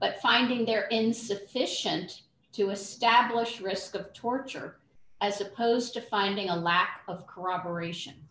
but finding there are insufficient to establish risk of torture as opposed to finding a lack of corroboration